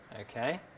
Okay